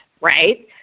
Right